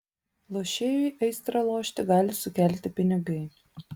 lošėjui aistrą lošti gali sukelti pinigai